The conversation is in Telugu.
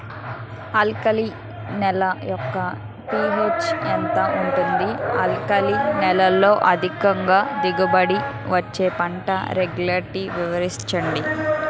ఆల్కలి నేల యెక్క పీ.హెచ్ ఎంత ఉంటుంది? ఆల్కలి నేలలో అధిక దిగుబడి ఇచ్చే పంట గ్యారంటీ వివరించండి?